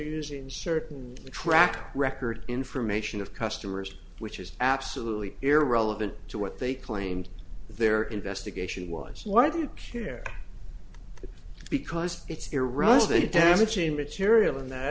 use in certain track record information of customers which is absolutely irrelevant to what they claimed their investigation was why do you care because it's irrelevant damaging material and that